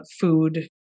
food